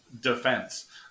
defense